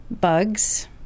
bugs